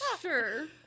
Sure